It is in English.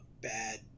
bad